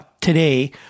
today